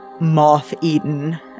Moth-eaten